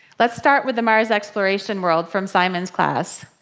let's start with the mars exploration world from simon's class.